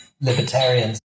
libertarians